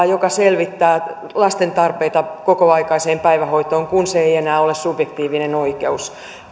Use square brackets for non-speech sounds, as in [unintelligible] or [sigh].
[unintelligible] joka selvittää lasten tarpeita kokoaikaiseen päivähoitoon kun se ei enää ole subjektiivinen oikeus